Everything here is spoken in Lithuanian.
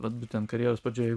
vat būtent karjeros pradžioje